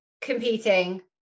competing